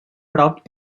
prop